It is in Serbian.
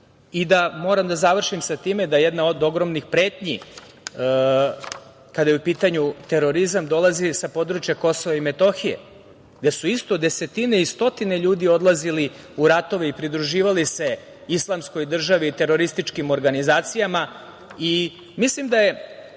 i da, moram da završim sa time, da jedna od ogromnih pretnji kada je u pitanju terorizam dolazi sa područja Kosova i Metohije, gde su isto desetine i stotine ljudi odlazili u ratove i pridruživali se islamskoj državi i terorističkim organizacijama. Mislim da je